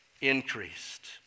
increased